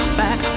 back